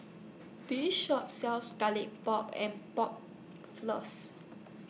This Shop sells Garlic Pork and Pork Floss